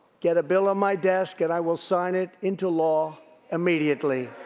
get a bill on my desk, and i will sign it into law immediately.